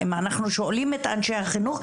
אם אנחנו שואלים את אנשי החינוך,